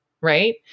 Right